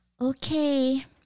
Okay